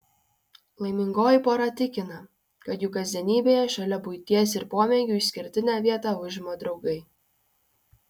laimingoji pora tikina kad jų kasdienybėje šalia buities ir pomėgių išskirtinę vietą užima draugai